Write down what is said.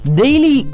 daily